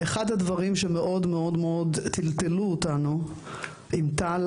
אחד הדברים שמאוד מאוד טלטלו אותנו עם טל